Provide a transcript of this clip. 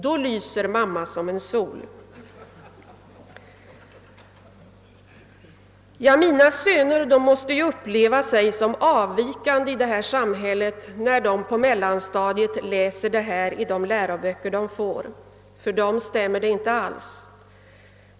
Då lyser mamma som en sol.» Mina söner måste uppleva sig som avvikande i detta samhälle när de på mellanstadiet läser detta stycke ur en av sina läroböcker. För dem stämmer det nämligen inte alls.